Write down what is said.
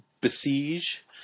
besiege